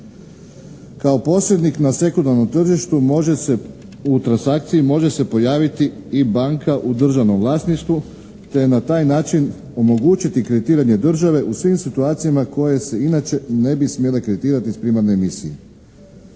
Kao posrednik na sekundarnom tržištu može se u transakciji može se pojaviti i banka u državnom vlasništvu te na taj način omogućiti kreditiranje države u svim situacijama koje se inače ne bi smjele kreditirati s primarne emisije.